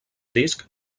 disc